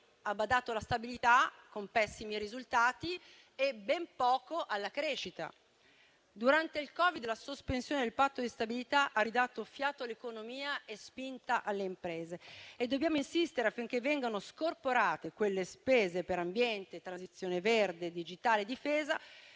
ha badato alla stabilità, con pessimi risultati, e ben poco alla crescita. Durante il Covid-19, la sospensione del Patto di stabilità ha ridato fiato all'economia e spinta alle imprese. Dobbiamo insistere affinché vengano scorporate le spese per ambiente, transizione verde, digitale e difesa.